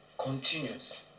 Continues